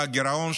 הגירעון,